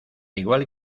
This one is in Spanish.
igual